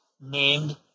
named